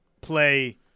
play –